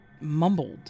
mumbled